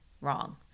Wrong